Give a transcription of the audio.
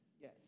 Yes